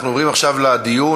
אנחנו עוברים עכשיו לדיון.